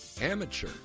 amateur